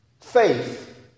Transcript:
faith